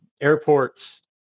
airports